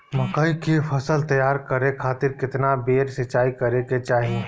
मकई के फसल तैयार करे खातीर केतना बेर सिचाई करे के चाही?